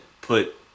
put